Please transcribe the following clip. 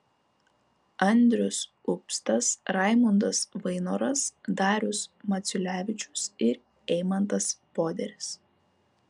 andrius upstas raimundas vainoras darius maciulevičius ir eimantas poderis